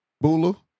Bula